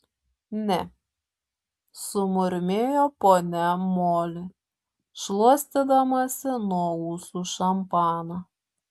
ne sumurmėjo ponia moli šluostydamasi nuo ūsų šampaną